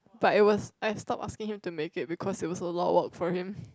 but it was I stopped asking him to make it because it was lot of work for him